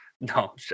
No